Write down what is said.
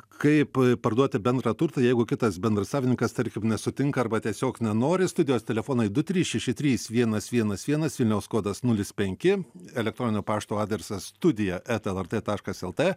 kaip parduoti bendrą turtą jeigu kitas bendrasavininkas tarkim nesutinka arba tiesiog nenori studijos telefonai du trys šeši trys vienas vienas vienas vilniaus kodas nulis penki elektroninio pašto adresas studija eta lrt taškas lt